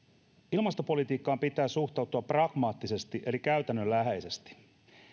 ilmastopolitiikkaan pitää suhtautua pragmaattisesti eli käytännönläheisesti